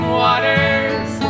waters